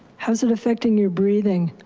how's it affecting your breathing?